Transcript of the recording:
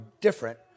different